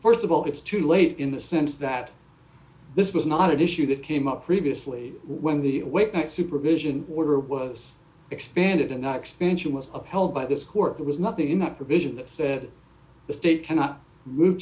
clear st of all it's too late in the sense that this was not an issue that came up previously when the weight supervision order was expanded and not expansion was upheld by this court there was nothing in that provision that said the state cannot move